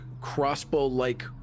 crossbow-like